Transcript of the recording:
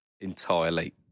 entirely